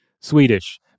Swedish